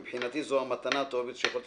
מבחינתי זו המתנה הטובה ביותר שיכולתי